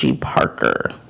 Parker